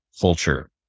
culture